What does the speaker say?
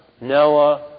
Noah